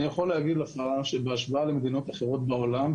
אני יכול להגיד לך שבהשוואה למדינות אחרות בעולם,